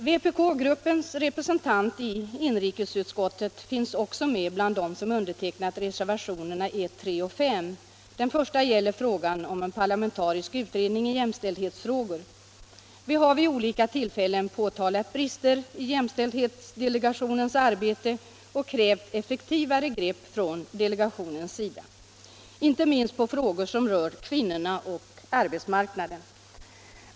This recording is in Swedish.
Vpk-gruppens representant i inrikesutskottet finns också med bland dem som undertecknat reservationerna 1, 3 och 5. Den första gäller frågan om en parlamentarisk utredning i jämställdhetsfrågor. Vi har vid olika tillfällen påtalat brister i jämställdhetsdelegationens arbete och krävt effektivare grepp från delegationens sida, inte minst på frågor som rör kvinnorna och arbetsmarknaden.